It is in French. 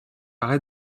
red